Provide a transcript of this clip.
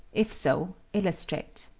if so, illustrate.